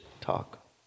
talk